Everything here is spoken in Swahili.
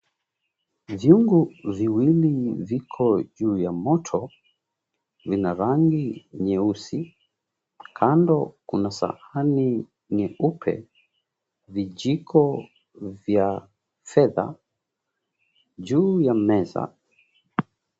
Vyungu viwili viko juu ya moto vina rangi nyeusi, kando kuna sahani nyeupe, vijiko vya fedha juu ya meza.